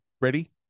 Ready